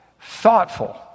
thoughtful